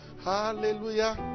Hallelujah